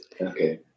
Okay